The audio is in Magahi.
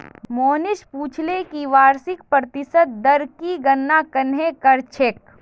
मोहनीश पूछले कि वार्षिक प्रतिशत दर की गणना कंहे करछेक